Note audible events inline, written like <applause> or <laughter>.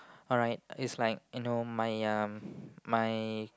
alright is like you know my um <breath> my